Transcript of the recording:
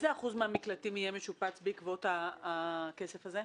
מה שיעור המקלטים שיהיה משופץ בעקבות הכסף הזה?